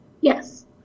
yes